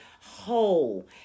whole